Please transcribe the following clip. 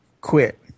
quit